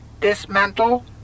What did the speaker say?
Dismantle